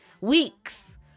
weeks